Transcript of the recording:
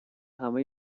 همه